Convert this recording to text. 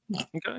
Okay